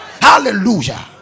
Hallelujah